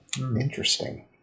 interesting